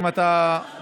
אם אתה רוצה,